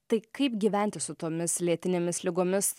tai kaip gyventi su tomis lėtinėmis ligomis